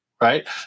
right